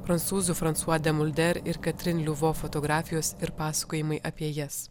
prancūzų fransua demulder ir katrin liuvov fotografijos ir pasakojimai apie jas